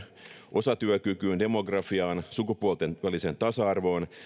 osatyökykyyn demografiaan sukupuolten väliseen tasa arvoon